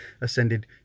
ascended